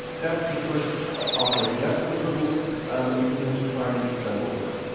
that's the first offering and that's the hurdle um a potential client needs to jump over.